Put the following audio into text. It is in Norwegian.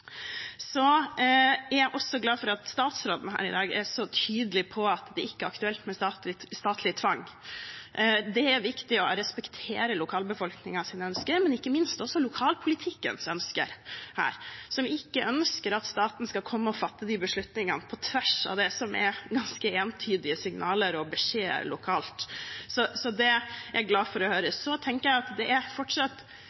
er også glad for at statsråden her i dag er så tydelig på at det ikke er aktuelt med statlig tvang. Det er viktig å respektere lokalbefolkningens ønsker, men ikke minst også lokalpolitikernes ønsker, som ikke ønsker at staten skal komme og fatte de beslutningene på tvers av det som er ganske entydige signaler og beskjeder lokalt. Det er jeg glad for å høre. Videre tenker jeg at det er fortsatt gode muligheter for å